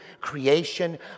creation